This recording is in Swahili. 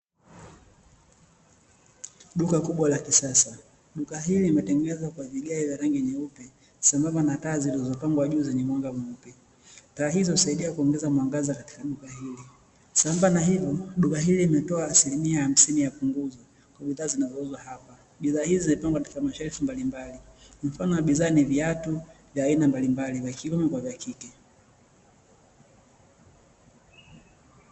Duka kubwa la kisasa. Duka hili limetengezwa kwa vigae vya rangi nyeupe, sambamba na taa zilizopangwa juu zenye mwanga mweupe. Taa hizo husaidia kuongeaza mwangaza katika duka hilo, sambamba na hilo duka hili linatoa asilimia hamsini ya punguzo za bidhaa zinazouzwa hapa. Bidhaa hizo zimepangwa katika mashelfu mbalimbali, mfano wa bidhaa ni viatu vya aina mbalimbali vya kiume na vya kike.